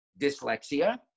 dyslexia